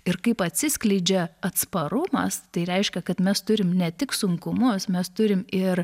ir kaip atsiskleidžia atsparumas tai reiškia kad mes turime ne tik sunkumus mes turim ir